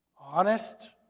Honest